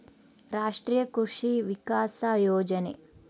ರಾಷ್ಟ್ರೀಯ ಕೃಷಿ ವಿಕಾಸ ಯೋಜನೆ